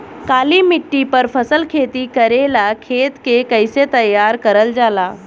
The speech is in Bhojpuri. काली मिट्टी पर फसल खेती करेला खेत के कइसे तैयार करल जाला?